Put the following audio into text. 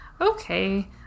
Okay